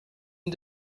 and